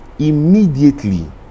immediately